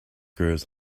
grows